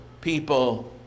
people